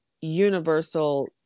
universal